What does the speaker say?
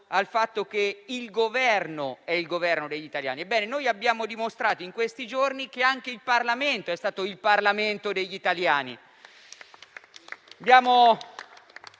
al fatto che il Governo è il Governo degli italiani. Bene, noi abbiamo dimostrato in questi giorni che anche il Parlamento è il Parlamento degli italiani.